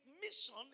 mission